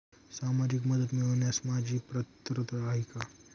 सामाजिक मदत मिळवण्यास माझी पात्रता आहे का?